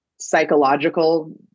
psychological